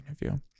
interview